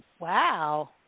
Wow